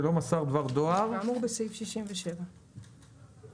דבר דואר כאמור בסעיף 67 ו-66.